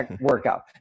workout